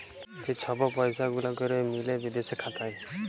যে ছব পইসা গুলা ক্যরে মিলে বিদেশে খাতায়